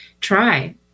try